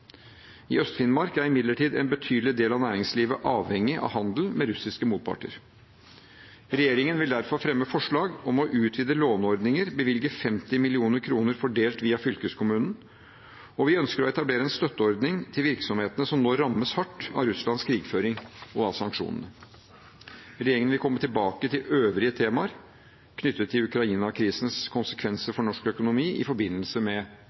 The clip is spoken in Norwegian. I Øst-Finnmark er imidlertid en betydelig del av næringslivet avhengig av handel med russiske motparter. Regjeringen vil derfor fremme forslag om å utvide låneordninger og bevilge 50 mill. kr fordelt via fylkeskommunen, og vi ønsker å etablere en støtteordning til virksomhetene som nå rammes hardt av Russlands krigføring og av sanksjonene. Regjeringen vil komme tilbake til øvrige temaer knyttet til Ukraina-krisens konsekvenser for norsk økonomi i forbindelse med